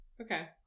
Okay